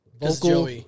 vocal